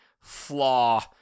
flaw